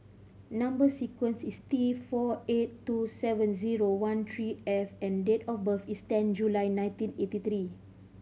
number sequence is T four eight two seven zero one three F and date of birth is ten July nineteen eighty three